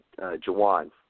Jawan